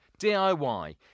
DIY